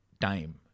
time